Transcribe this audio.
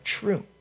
true